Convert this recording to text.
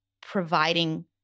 providing